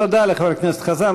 תודה לחבר הכנסת חזן.